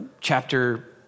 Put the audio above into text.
chapter